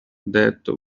that